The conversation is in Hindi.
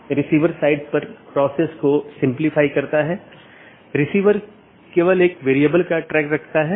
इसलिए एक पाथ वेक्टर में मार्ग को स्थानांतरित किए गए डोमेन या कॉन्फ़िगरेशन के संदर्भ में व्यक्त किया जाता है